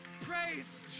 praise